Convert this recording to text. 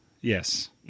Yes